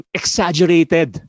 exaggerated